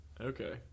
Okay